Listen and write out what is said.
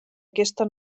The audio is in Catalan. aquesta